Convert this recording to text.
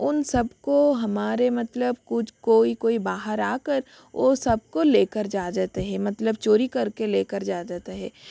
उन सब को हमारे मतलब कुछ कोई कोई बाहर आ कर वो सब को ले कर ले जाते हैं मतलब चोरी कर के ले कर जा जाते हैं